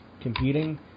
competing